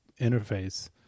interface